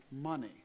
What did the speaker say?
money